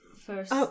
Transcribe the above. first